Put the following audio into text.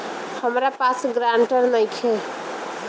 हमरा पास ग्रांटर नइखे?